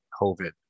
COVID